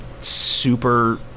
super